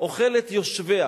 אוכלת יושביה.